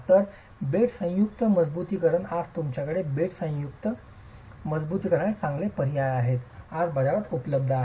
तर bed joint मजबुतीकरण आज तुमच्याकडे बेड जॉईंट मजबुतीकरणासाठी चांगले पर्याय आहेत आज बाजारात उपलब्ध आहेत